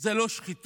זה לא שחיתות,